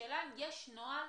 השאלה אם יש נוהל